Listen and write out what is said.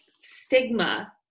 stigma